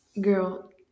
girl